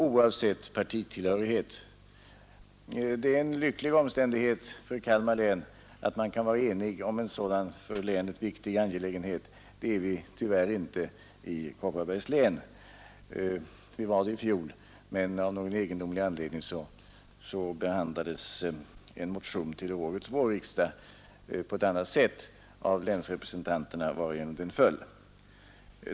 Det är en lycklig omständighet för Kalmar län att man kan vara enig i en sådan för länet viktig angelägenhet. Det är vi tyvärr inte i Kopparbergs län. Vi var det i fjol, men av någon egendomlig anledning behandlades en motion till årets vårriksdag på ett annat sätt av vissa länsrepresentanter, varigenom den föll.